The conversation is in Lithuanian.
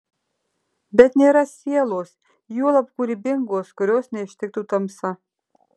bet nėra sielos juolab kūrybingos kurios neištiktų tamsa